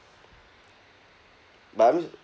but I'm